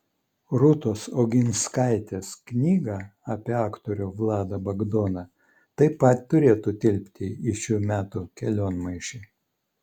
rūtos oginskaitės knyga apie aktorių vladą bagdoną taip pat turėtų tilpti į šių metų kelionmaišį